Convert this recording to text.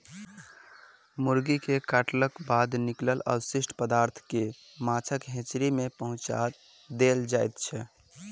मुर्गी के काटलाक बाद निकलल अवशिष्ट पदार्थ के माछक हेचरी मे पहुँचा देल जाइत छै